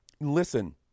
Listen